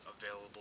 available